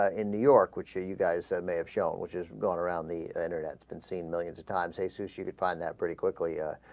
ah in new york which you you guys said they have shown which is going around the entered but unseen millions of times he sees you define that pretty quickly ah.